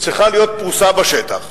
צריכה להיות פרוסה בשטח.